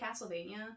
Castlevania